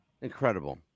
Incredible